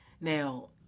Now